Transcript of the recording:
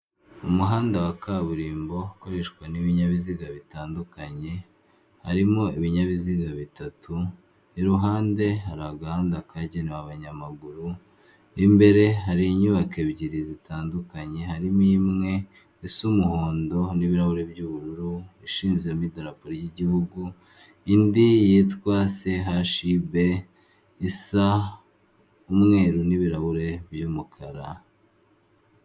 Umuhanda wa kaburimbo ukoreshwa n'ibinyabiziga bitandukanye harimo ibinyabiziga bitatu iruhande hari agahanda kagenewe abanyamaguru, imbere hari inyubako ebyiri zitandukanye harimo imwe isa umuhondo n'ibirahure by'ubururu ishinzemo idarapo ry'igihugu indi yitwa CHUB isa umweru n'ibirahure by'umukara.